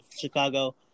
Chicago